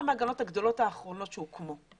שהן המעגנות הגדולות האחרונות שהוקמו.